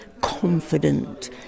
confident